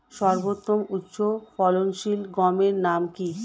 সর্বতম উচ্চ ফলনশীল গমের নাম কি?